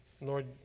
Lord